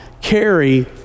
carry